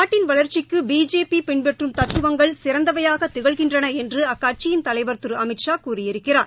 நாட்டின் வளர்ச்சிக்கு பிஜேபி பின்பற்றும் தத்துவங்கள் சிறந்தவையாக திகழ்கின்றன என்று அக்கட்சியின் தலைவர் திரு அமித்ஷா கூறியிருக்கிறார்